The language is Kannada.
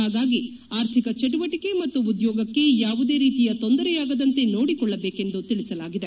ಹಾಗಾಗಿ ಆರ್ಥಿಕ ಚಟುವಟಿಕೆ ಮತ್ತು ಉದ್ಯೋಗಕ್ಕೆ ಯಾವುದೇ ರೀತಿಯ ತೊಂದರೆ ಆಗದಂತೆ ನೋಡಿಕೊಳ್ಳಬೇಕೆಂದು ತಿಳಿಸಲಾಗಿದೆ